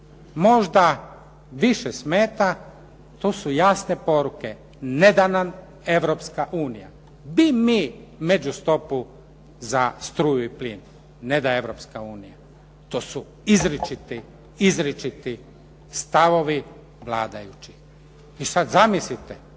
možda više smeta to su jasne poruke neda nam Europska unija, bi mi međustopu za struju i plin, neda Europska unija, to su izričiti stavovi vladajućih. I sad zamislite,